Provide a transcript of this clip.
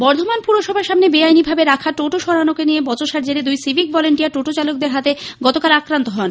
বর্ধমান পুরসভার সামনে বে আইনিভাবে রাখা টোটো সরানোকে নিয়ে বচসার জেরে দুই সিভিক ভলান্টিয়ার টোটোচালকদের হাতে গতকাল আক্রান্ত হন